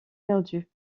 perdu